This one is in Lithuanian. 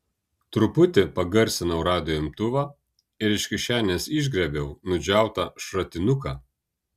truputį pagarsinau radijo imtuvą ir iš kišenės išgriebiau nudžiautą šratinuką